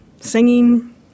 singing